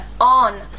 on